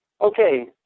Okay